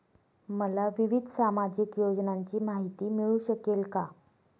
मला विविध सामाजिक योजनांची माहिती मिळू शकेल का?